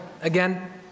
again